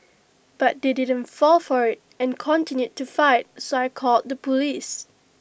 but they didn't fall for IT and continued to fight so I called the Police